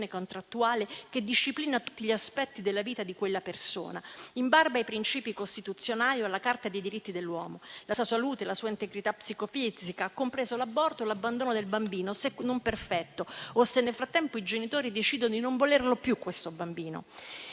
la sua salute, la sua integrità psicofisica, compreso l'aborto, l'abbandono del bambino, se non perfetto o se nel frattempo i genitori decidono di non volerlo più. La